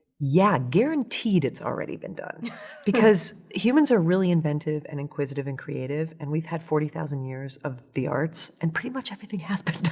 yeah, guaranteed it's already been done because humans are really inventive and inquisitive and creative and we've had forty thousand years of the arts and pretty much everything has been done.